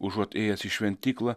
užuot ėjęs į šventyklą